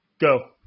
go